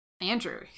Andrew